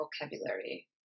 vocabulary